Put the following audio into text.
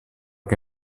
que